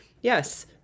yes